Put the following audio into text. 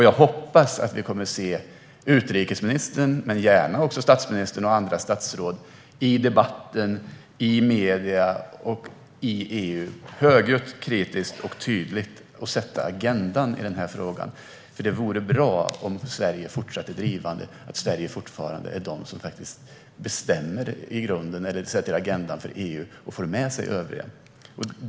Jag hoppas därför att vi kommer att se utrikesministern - och gärna även statsministern och andra statsråd - i debatten, i medierna och i EU högljutt, kritiskt och tydligt sätta agendan i den här frågan. Det vore nämligen bra om Sverige fortsatte att driva och sätta agendan i EU så att vi kan få med oss övriga.